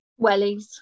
wellies